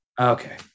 Okay